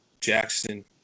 jackson